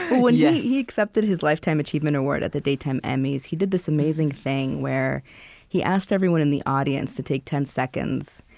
well, yeah when he accepted his lifetime achievement award at the daytime emmys, he did this amazing thing where he asked everyone in the audience to take ten seconds,